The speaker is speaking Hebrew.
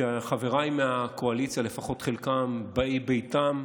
שחבריי מהקואליציה, לפחות חלקם, הם באי ביתם,